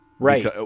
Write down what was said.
Right